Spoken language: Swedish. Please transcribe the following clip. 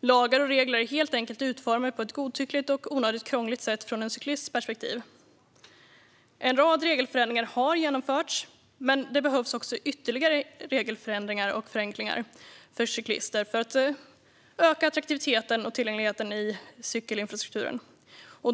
Lagar och regler är helt enkelt utformade på ett godtyckligt och onödigt krångligt sätt från en cyklists perspektiv. En rad regelförändringar har genomförts, men det behövs ytterligare regelförändringar och förenklingar för cyklister för att öka attraktiviteten och tillgängligheten i cykelinfrastrukturen.